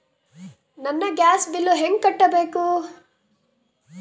ನನ್ನ gas bill ಹೆಂಗ ಕಟ್ಟಬೇಕು?